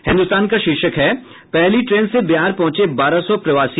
हिन्दुस्तान की शीर्षक है पहली ट्रेन से बिहार पहुंचे बारह सौ प्रवासी